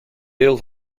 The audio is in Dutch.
deel